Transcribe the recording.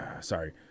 Sorry